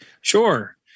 Sure